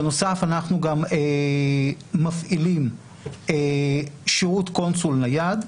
בנוסף אנחנו גם מפעילים שירות קונסול נייד.